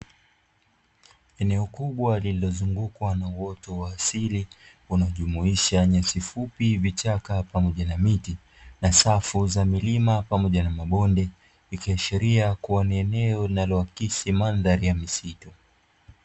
Eneo kubwa lililozungukwa na uoto wa asili unaojumuisha nyasi fupi, vichaka pamoja na miti na safu za milima pamoja na mabonde, ikiashiria kuwa ni eneo linaloakisi mandhari ya misitu.